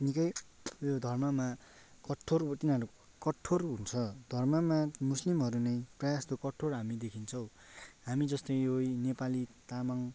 निकै धर्ममा कठोर तिनीहरू कठोर हुन्छ धर्ममा मुस्लिमहरू नै प्रायः जस्तो कठोर हामी देखिन्छौँ हामी जस्तो यो नेपाली तामाङ